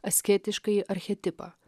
asketiškąjį archetipą